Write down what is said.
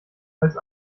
als